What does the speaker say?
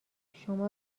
شما